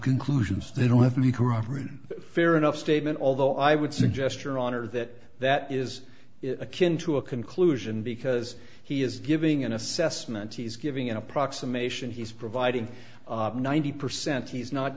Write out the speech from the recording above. conclusions they don't have to be corroborated fair enough statement although i would suggest your honor that that is a kin to a conclusion because he is giving an assessment he's giving an approximation he's providing ninety percent he's not